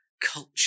culture